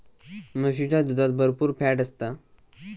म्हशीच्या दुधात भरपुर फॅट असता